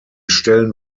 stellen